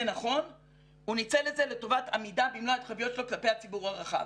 הוא ניצל את זה לטובת עמידה במלוא ההתחייבויות שלו כלפי הציבור הרחב.